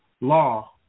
law